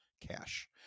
cash